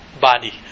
body